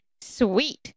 Sweet